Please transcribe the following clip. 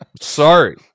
Sorry